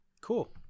Cool